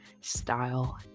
style